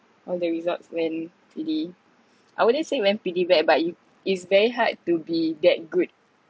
all the results went pretty I wouldn't say went pretty bad but yo~ it is very hard to be that good